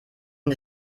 der